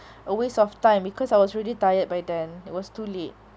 a waste of time because I was really tired by then it was too late